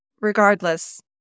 regardless